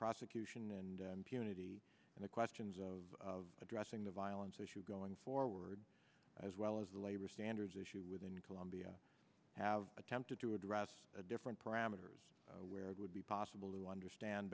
prosecution and unity and the questions of addressing the violence issue going forward as well as the labor standards issue within colombia have attempted to address different parameters where it would be possible to understand